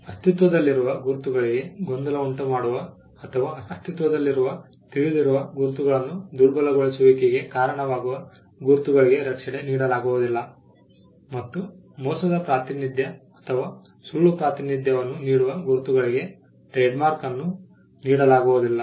ಅಸ್ತಿತ್ವದಲ್ಲಿರುವ ಗುರುತುಗಳಿಗೆ ಗೊಂದಲ ಉಂಟುಮಾಡುವ ಅಥವಾ ಅಸ್ತಿತ್ವದಲ್ಲಿರುವ ತಿಳಿದಿರುವ ಗುರುತುಗಳನ್ನು ದುರ್ಬಲಗೊಳಿಸುವಿಕೆಗೆ ಕಾರಣವಾಗುವ ಗುರುತುಗಳಿಗೆ ರಕ್ಷಣೆ ನೀಡಲಾಗುವುದಿಲ್ಲ ಮತ್ತು ಮೋಸದ ಪ್ರಾತಿನಿಧ್ಯ ಅಥವಾ ಸುಳ್ಳು ಪ್ರಾತಿನಿಧ್ಯವನ್ನು ನೀಡುವ ಗುರುತುಗಳಿಗೆ ಟ್ರೇಡ್ ಮಾರ್ಕ್ ನೀಡಲಾಗುವುದಿಲ್ಲ